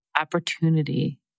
opportunity